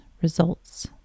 results